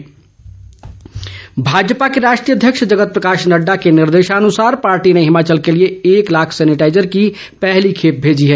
Bhajpa sanitizer Bhajpa के राष्ट्रीय अध्यक्ष जगत प्रकाश नड्डा के निर्देशानुसार पार्टी ने हिमाचल के लिए एक लाख सैनिटाईजर की पहली खेप भेजी है